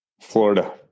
Florida